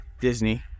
Disney